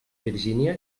virgínia